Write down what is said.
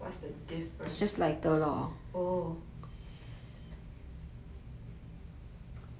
what is ipad air what's the difference oh